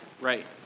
right